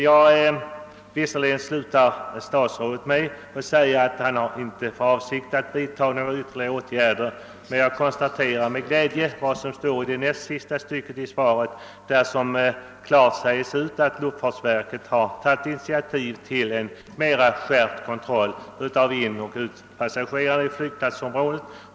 Statsrådet avslutade visserligen sitt svar med att säga att han inte har för avsikt att vidtaga några ytterligare åtgärder, men jag konstaterar med tillfredsställelse det uttalande som görs i näst sista stycket av svaret, där det heter: »Med anledning av det inträffade har luftfartsverket tagit initiativ till en mera skärpt kontroll av inoch utpassagerna till flygplatsområdet.